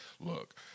look